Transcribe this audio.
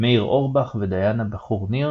מאיר אורבך ודיאנה בחור ניר,